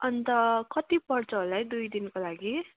अन्त कति पर्छ होला है दुई दिनको लागि